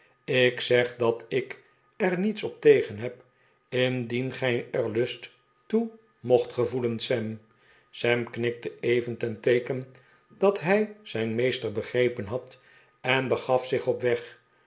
ik zeg dat ik er niets op tegen heb indien gij er lust toe mocht gevoelen sam sam knikte even ten teeken dat hij zijn meester begrepen had en begaf zich op weg